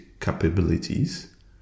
capabilities